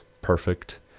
perfect